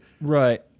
Right